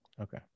okay